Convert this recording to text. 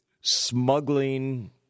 smuggling